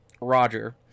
Roger